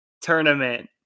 tournament